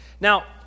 Now